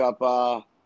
up